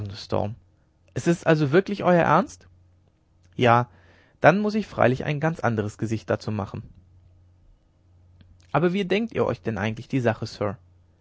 es ist euch also wirklich ernst ja dann muß ich freilich ein ganz anderes gesicht dazu machen aber wie denkt ihr euch denn eigentlich die sache sir